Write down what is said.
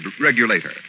regulator